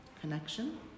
Connection